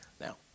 Now